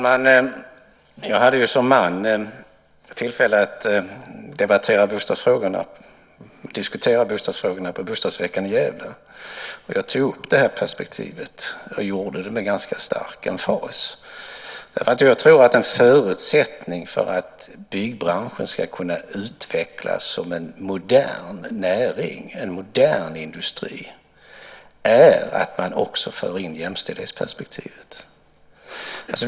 Fru talman! Jag hade som man tillfälle att diskutera bostadsfrågorna på Bostadsveckan i Gävle. Jag tog upp det här perspektivet, och gjorde det med ganska stark emfas, därför att jag tror att en förutsättning för att byggbranschen ska kunna utvecklas som en modern näring, en modern industri är att man också för in jämställdhetsperspektivet.